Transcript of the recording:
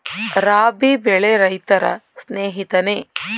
ರಾಬಿ ಬೆಳೆ ರೈತರ ಸ್ನೇಹಿತನೇ?